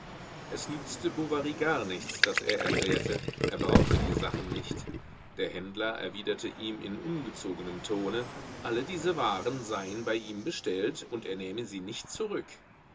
es nützte bovary gar nichts daß er erklärte er brauche die sachen nicht der händler erwiderte ihm in ungezogenem tone alle diese waren seien bei ihm bestellt und er nähme sie nicht zurück